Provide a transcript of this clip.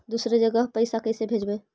दुसरे जगह पैसा कैसे भेजबै?